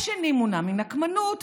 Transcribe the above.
השני מונע מנקמנות,